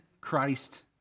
Christ